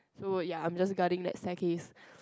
so ya I'm just guarding that staircase